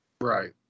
Right